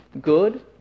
good